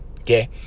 Okay